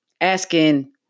asking